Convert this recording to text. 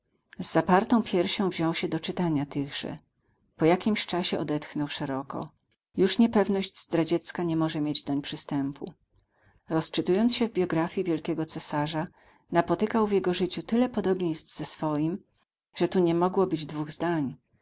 zapartą piersią wziął się do czytania tychże po jakimś czasie odetchnął szeroko już niepewność zdradziecka nie może mieć doń przystępu rozczytując się w biografii wielkiego cesarza napotykał w jego życiu tyle podobieństw ze swoim że tu nie mogło być dwóch zdań